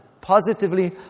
Positively